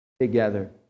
together